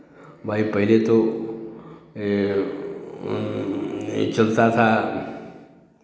भाई पहले तो ये नहीं चलता था